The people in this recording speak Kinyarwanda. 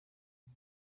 nka